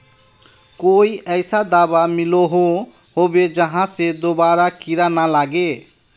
कोई ऐसा दाबा मिलोहो होबे जहा से दोबारा कीड़ा ना लागे?